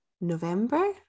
November